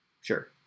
Sure